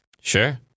Sure